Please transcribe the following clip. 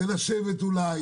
זה אומר לשבת אולי